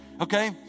Okay